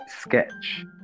sketch